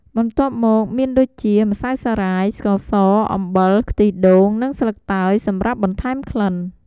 បន្ទាប់មកមានដូចជា ម្សៅសារាយ ស្ករស អំបិល ខ្ទិះដូង និង ស្លឹកតើយ សម្រាប់បន្ថែមក្លិន។